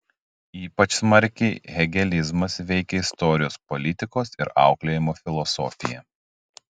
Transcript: ypač smarkiai hegelizmas veikia istorijos politikos ir auklėjimo filosofiją